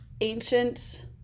ancient